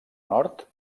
nord